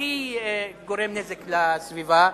הכי גורם נזק לסביבה,